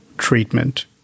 treatment